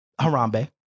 Harambe